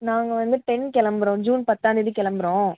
நாங்கள் வந்து டென் கிளம்புறோம் ஜூன் பத்தாம்தேதி கிளம்புறோம்